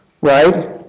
Right